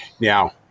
Now